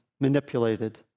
manipulated